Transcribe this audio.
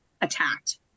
attacked